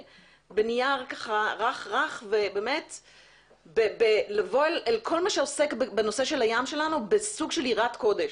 בנייר רך ולבוא אל כל מה שעוסק בנושא של הים שלנו בסוג של יראת קודש.